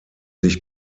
sich